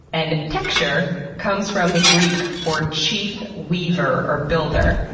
and tecture comes from the greek for chief weaver or builder.